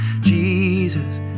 Jesus